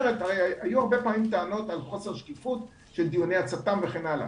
היו הרבה פעמים טענות על חוסר שקיפות של דיוני הצת"ם וכן הלאה.